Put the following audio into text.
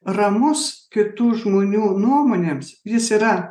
ramus kitų žmonių nuomonėms jis yra